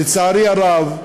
לצערי הרב,